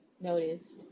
noticed